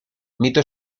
mito